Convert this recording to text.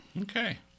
Okay